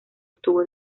estuvo